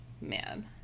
Man